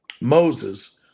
Moses